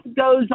goes